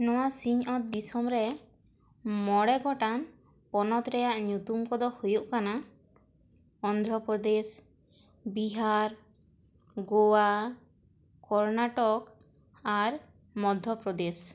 ᱱᱚᱣᱟ ᱥᱤᱧ ᱚᱛ ᱫᱤᱥᱚᱢ ᱨᱮ ᱢᱚᱲᱮ ᱜᱚᱴᱟᱝ ᱯᱚᱱᱚᱛ ᱨᱮᱭᱟᱜ ᱧᱩᱛᱩᱢ ᱠᱚ ᱫᱚ ᱦᱩᱭᱩᱜ ᱠᱟᱱᱟ ᱚᱱᱫᱷᱨᱚᱯᱚᱫᱮᱥ ᱵᱤᱦᱟᱨ ᱜᱳᱣᱟ ᱠᱚᱨᱱᱟᱴᱚᱠ ᱟᱨ ᱢᱚᱫᱫᱷᱚᱯᱨᱚᱫᱮᱥ